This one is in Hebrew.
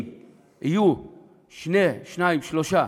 אם יהיו שניים-שלושה